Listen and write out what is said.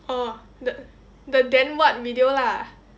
oh the the then what video lah